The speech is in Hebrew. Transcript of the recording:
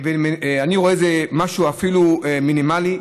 אני רואה בזה משהו אפילו מינימלי,